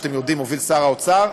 שאתם יודעים שמוביל שר האוצר,